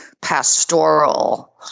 pastoral